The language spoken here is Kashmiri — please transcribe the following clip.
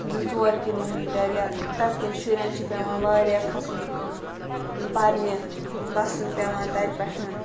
زٕ ژور کِلوٗمیٖٹَر یا تَتہِ کٮ۪ن شُرٮ۪ن چھِ پیٚوان واریاہ کھَسُن پَرنہِ وَسُن پیٚوان تَتہِ پٮ۪ٹھ